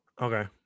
Okay